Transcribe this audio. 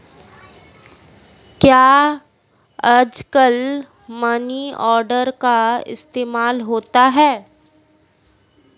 क्या आजकल money order का इस्तेमाल होता है?